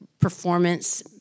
performance